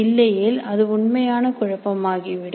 இல்லையேல் அது உண்மையான குழப்பமாகி விடும்